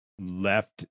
left